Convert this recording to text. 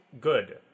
good